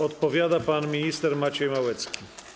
Odpowiada pan minister Maciej Małecki.